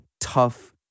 tough